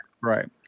Right